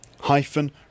hyphen